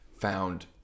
found